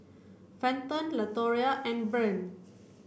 Fenton Latoria and Bryn